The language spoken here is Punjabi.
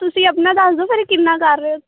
ਤੁਸੀਂ ਆਪਣਾ ਦੱਸ ਦਓ ਫਿਰ ਕਿੰਨਾ ਕਰ ਰਹੇ ਹੋ